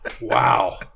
Wow